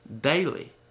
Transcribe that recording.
Daily